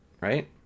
right